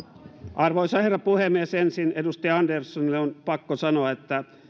arvoisa herra puhemies ensin edustaja anderssonille on pakko sanoa että